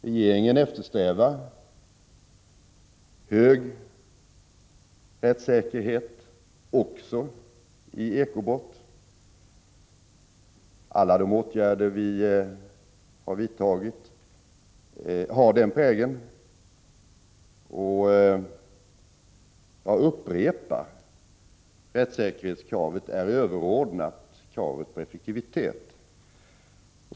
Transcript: Regeringen eftersträvar stor rättssäkerhet också i eko-brott. Alla de åtgärder vi har vidtagit har denna prägel. Jag upprepar: Rättssäkerhetskravet är överordnat kravet på effektivitet.